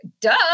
duh